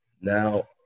Now